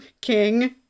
king